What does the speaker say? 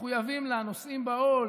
מחויבים לה, נושאים בעול